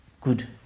Good